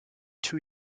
two